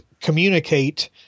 communicate